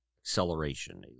acceleration